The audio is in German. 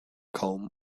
kaum